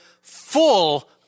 full